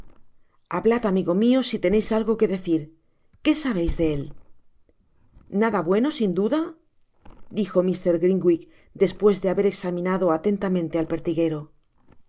brownlow hablad amigo mio si teneis algo que decir qué sabeis de él nada bueno sin duda dijo mr grimwig despues de haber examinado atentamente al pertiguero